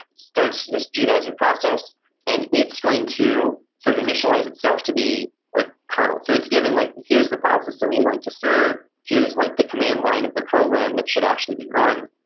starts this gvisor process and it's going to sort of initialize itself to be a kernel. so it's given like here's the file system you're going to serve. here's like the command line of the program that should actually be run.